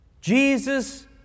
Jesus